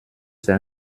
c’est